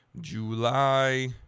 July